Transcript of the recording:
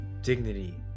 dignity